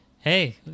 hey